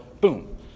boom